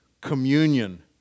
communion